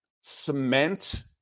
cement